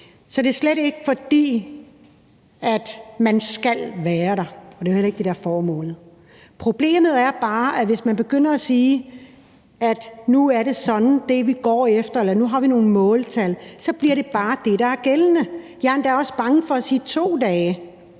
Så det er slet ikke, fordi man skal være der, og det er jo heller ikke det, der er formålet. Problemet er bare, at hvis man begynder at sige, at nu er det det, vi går efter, eller at vi nu har nogle måltal, så bliver det bare det, der er gældende. Jeg er endda også bange for at sige to dage,